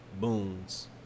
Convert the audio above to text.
boons